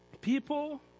people